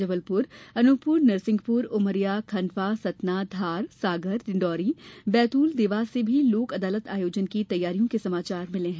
जबलपुर अनूपपुर नरसिंहपुर उमरिया खंडवा सतना धारसागर डिंडौरी बैतूल देवास से भी लोक अदालत आयोजन की तैयारियों के समाचार मिलें हैं